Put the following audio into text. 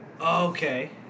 okay